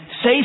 say